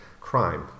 crime